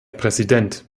präsident